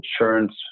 insurance